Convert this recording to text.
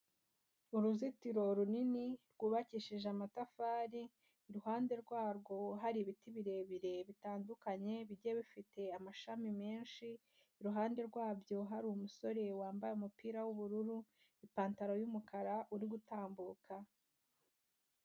Uruzitiro runini rwubakishije amatafari iruhande rwarwo, hari ibiti birebire bitandukanye bigiye bifite amashami menshi, iruhande rwabyo hari umusore wambaye umupira w'ubururu, ipantaro y'umukara, uri gutambuka.